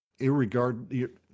irregard